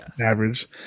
Average